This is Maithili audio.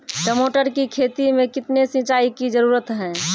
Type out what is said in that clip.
टमाटर की खेती मे कितने सिंचाई की जरूरत हैं?